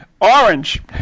Orange